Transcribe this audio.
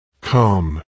Come